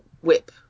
whip